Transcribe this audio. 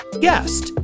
guest